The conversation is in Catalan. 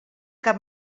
cap